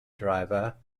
driver